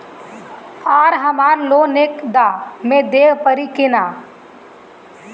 आर हमारा लोन एक दा मे देवे परी किना?